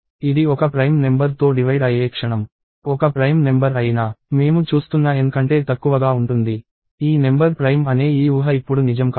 ఇది ఒక prime number తో డివైడ్ అయ్యే క్షణం ఒక ప్రైమ్ నెంబర్ అయినా మేము చూస్తున్న N కంటే తక్కువగా ఉంటుంది ఈ నెంబర్ ప్రైమ్ అనే ఈ ఊహ ఇప్పుడు నిజం కాదు